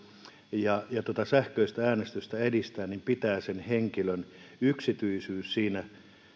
ja ja sähköistä äänestystä edistää niin henkilön yksityisyys pitää siinä